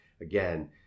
again